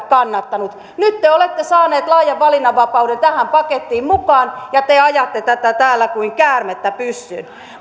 kannattanut nyt te olette saaneet laajan valinnanvapauden tähän pakettiin mukaan ja te ajatte tätä täällä kuin käärmettä pyssyyn